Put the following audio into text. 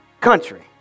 country